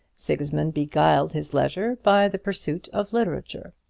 sigismund beguiled his leisure by the pursuit of literature.